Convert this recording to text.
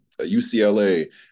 UCLA